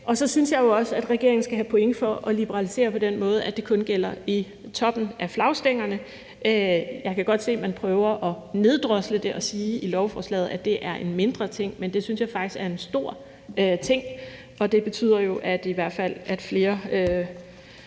Så synes jeg også, at regeringen skal have point for at liberalisere på den måde, at det kun gælder i toppen af flagstængerne. Jeg kan godt se, at man prøver at neddrosle det og sige i lovforslaget, at det er en mindre ting, men jeg synes faktisk, det er en stor ting, og det betyder i hvert fald, at flere